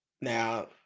Now